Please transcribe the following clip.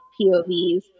POVs